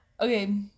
Okay